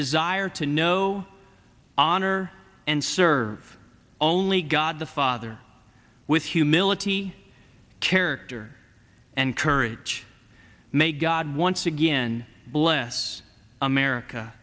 desire to know honor and serve only god the father with humility character and courage may god once again bless america